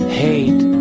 hate